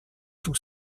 tout